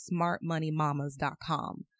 smartmoneymamas.com